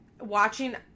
Watching